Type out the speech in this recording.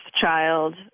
child